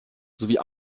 sowie